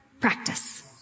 Practice